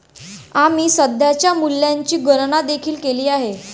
आम्ही सध्याच्या मूल्याची गणना देखील केली आहे